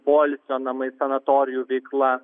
poilsio namai sanatorijų veikla